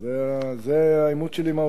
זה העימות שלי עם האוצר,